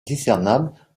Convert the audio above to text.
discernable